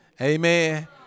Amen